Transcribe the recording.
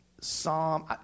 Psalm